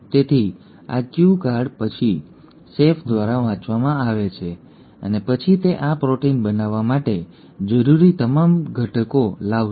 તેથી આ Q card પછી શેફ દ્વારા વાંચવામાં આવે છે અને પછી તે આ પ્રોટીન બનાવવા માટે જરૂરી તમામ જરૂરી ઘટકો લાવશે